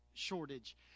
shortage